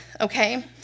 okay